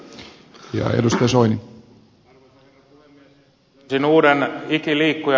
löysin uuden ikiliikkujan